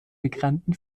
migranten